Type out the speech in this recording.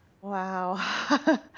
Wow